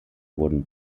wurden